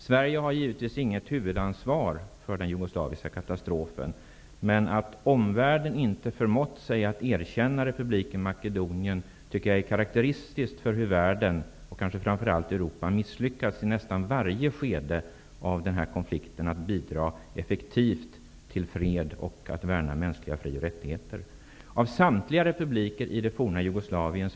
Sverige har givetvis inget huvudansvar för den jugoslaviska katastrofen, men att omvärlden inte har förmått sig att erkänna republiken Makedonien är karakteristiskt för hur världen, kanske framför allt Europa, misslyckats i nästan varje skede av den här konflikten med att effektivt bidra till fred och att värna mänskliga fri och rättigheter.